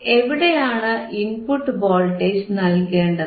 എവിടെയാണ് input voltage നൽകേണ്ടത്